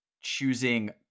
choosing